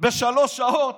בשלוש שעות,